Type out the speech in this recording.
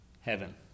heaven